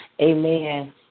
Amen